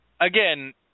again